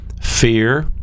fear